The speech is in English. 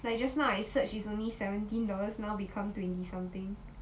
like just now I search is only seventeen dollars now become twenty something